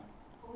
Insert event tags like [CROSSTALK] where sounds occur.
[NOISE]